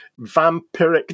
vampiric